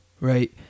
right